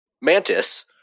Mantis